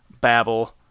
babble